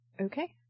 Okay